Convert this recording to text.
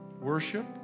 worship